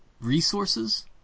Resources